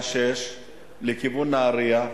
בשעה 06:00 לכיוון נהרייה,